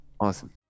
Awesome